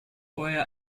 euer